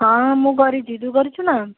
ହଁ ମୁଁ କରିଛି ତୁ କରିଛୁ ନା